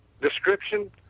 description